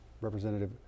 Representative